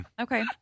okay